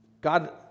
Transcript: God